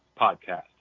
podcast